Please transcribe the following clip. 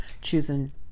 choosing